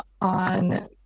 on